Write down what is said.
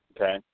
Okay